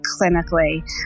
clinically